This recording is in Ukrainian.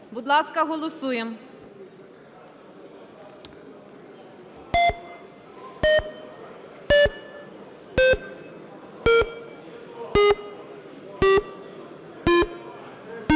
Будь ласка, голосуємо.